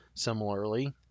similarly